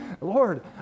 Lord